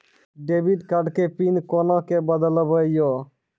Debit card के PIN कोना के बदलबै यो?